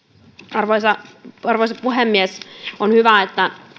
arvoisa puhemies on hyvä